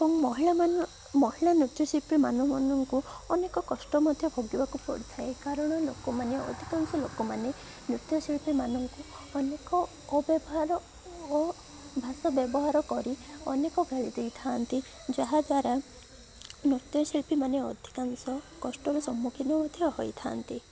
ଏବଂ ମହିଳାମାନ ମହିଳା ନୃତ୍ୟଶିଳ୍ପୀ ମାନମାନଙ୍କୁ ଅନେକ କଷ୍ଟ ମଧ୍ୟ ଭୋଗିବାକୁ ପଡ଼ିଥାଏ କାରଣ ଲୋକମାନେ ଅଧିକାଂଶ ଲୋକମାନେ ନୃତ୍ୟଶିଳ୍ପୀମାନଙ୍କୁ ଅନେକ ଅବ୍ୟବହାର ଓ ଭାଷା ବ୍ୟବହାର କରି ଅନେକ ଗାଳି ଦେଇଥାନ୍ତି ଯାହାଦ୍ୱାରା ନୃତ୍ୟଶିଳ୍ପୀମାନେ ଅଧିକାଂଶ କଷ୍ଟର ସମ୍ମୁଖୀନ ମଧ୍ୟ ହୋଇଥାନ୍ତି